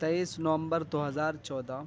تیئیس نومبر دو ہزار چودہ